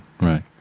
right